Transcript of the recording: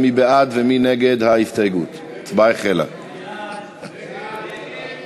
וזאת מתוך הבנה כי ההתאגדות אומנם עשויה להגדיל את